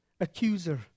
accuser